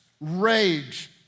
rage